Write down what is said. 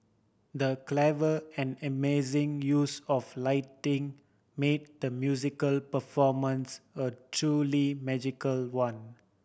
the clever and amazing use of lighting made the musical performance a truly magical one